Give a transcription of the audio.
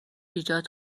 ایجاد